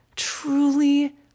truly